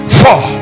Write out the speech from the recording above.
four